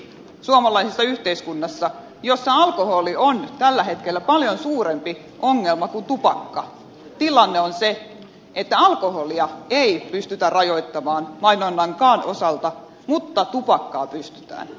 miksi suomalaisessa yhteiskunnassa jossa alkoholi on tällä hetkellä paljon suurempi ongelma kuin tupakka tilanne on se että alkoholia ei pystytä rajoittamaan mainonnankaan osalta mutta tupakkaa pystytään